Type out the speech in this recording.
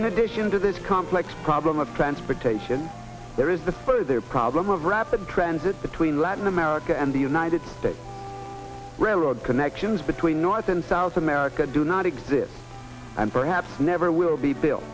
in addition to this complex problem of transportation there is the further problem of rapid transit between latin america and the united states railroad connections between north and south america do not exist and perhaps never will be built